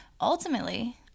ultimately